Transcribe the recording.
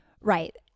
Right